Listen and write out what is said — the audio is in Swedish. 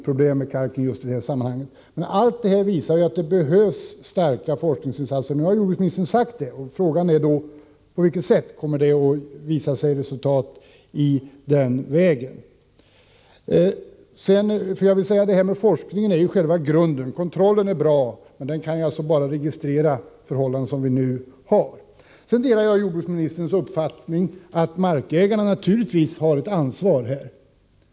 Allt detta visar att det behövs starka forskningsinsatser. Nu har jordbruksministern sagt det, och frågan är då: På vilket sätt kommer det att bli resultat i den vägen? Forskningen är själva grunden. Kontrollen är bra, men med den kan man bara registrera de förhållanden som vi nu har. Jag delar jordbruksministerns uppfattning att markägarna har ett ansvar.